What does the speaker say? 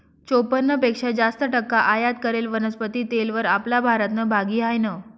चोपन्न पेक्शा जास्त टक्का आयात करेल वनस्पती तेलवर आपला भारतनं भागी हायनं